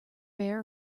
bare